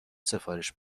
سفارش